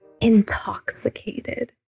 intoxicated